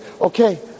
okay